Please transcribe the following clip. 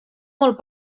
molt